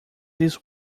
this